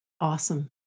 awesome